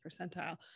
percentile